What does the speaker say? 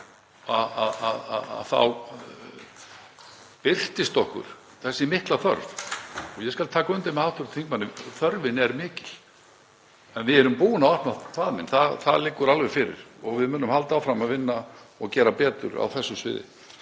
faðminn að þá birtist okkur þessi mikla þörf. Ég skal taka undir með hv. þingmanni að þörfin er mikil en við erum búin að opna faðminn, það liggur alveg fyrir, og við munum halda áfram að vinna og gera betur á þessu sviði.